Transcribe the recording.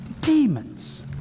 Demons